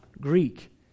Greek